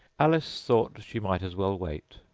alice thought she might as well wait,